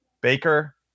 Baker